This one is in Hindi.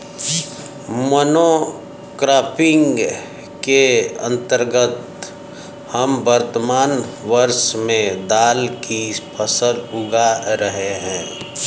मोनोक्रॉपिंग के अंतर्गत हम वर्तमान वर्ष में दाल की फसल उगा रहे हैं